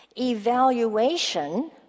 Evaluation